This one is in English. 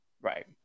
Right